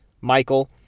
Michael